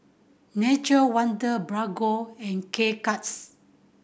Nature Wonder Bargo and K Cuts